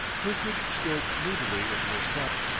kirkwood stared moodily into his cup.